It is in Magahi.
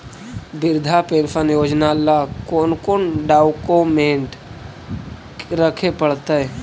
वृद्धा पेंसन योजना ल कोन कोन डाउकमेंट रखे पड़तै?